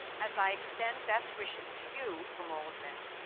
as i extend best wishes to you from all of them.